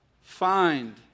find